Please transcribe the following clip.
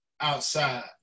outside